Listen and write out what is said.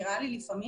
נראה לי לפעמים,